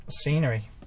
scenery